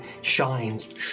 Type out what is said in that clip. shines